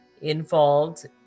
involved